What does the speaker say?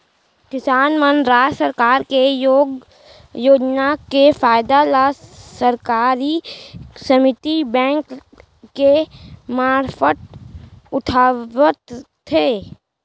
किसान मन राज सरकार के ये योजना के फायदा ल सहकारी समिति बेंक के मारफत उठावत हें